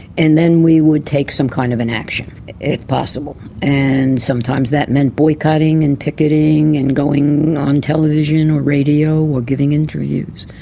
and then we would take some kind of an action if possible. and sometimes that meant boycotting and picketing and going on television or radio or giving interviews.